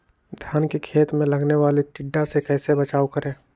धान के खेत मे लगने वाले टिड्डा से कैसे बचाओ करें?